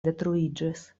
detruiĝis